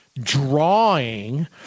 drawing